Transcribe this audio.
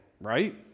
right